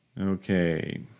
Okay